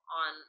on